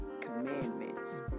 commandments